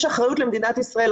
יש אחריות למדינת ישראל,